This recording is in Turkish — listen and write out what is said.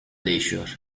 değişiyor